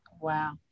Wow